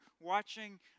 watching